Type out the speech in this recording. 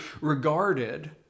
regarded